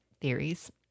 theories